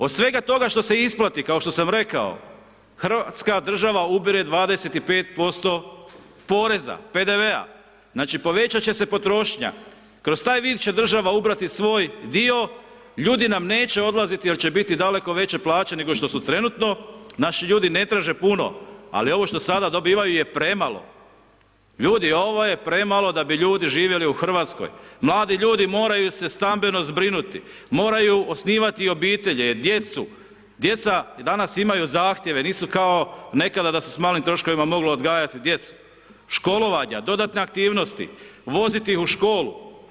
Od svega toga što se isplati, kao što sam rekao, RH ubire 25% poreza, PDV-a, znači povećati će se potrošnja, kroz taj vid će država ubrati svoj dio, ljudi nam neće odlaziti jer će biti daleko veće plaće, nego što su trenutno, naši ljudi ne traže puno, ali ovo što sada dobivaju je premalo, ljudi, ovo je premalo da bi ljudi živjeli u RH, mladi ljudi moraju se stambeno zbrinuti, moraju osnivati obitelji, djecu, djeca danas imaju zahtjeve, nisu kao nekada da se s malim troškovima moglo odgajati djecu, školovanja, dodatne aktivnosti, voziti ih u školu.